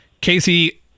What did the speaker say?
Casey